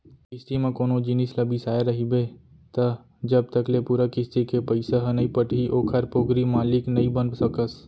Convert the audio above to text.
किस्ती म कोनो जिनिस ल बिसाय रहिबे त जब तक ले पूरा किस्ती के पइसा ह नइ पटही ओखर पोगरी मालिक नइ बन सकस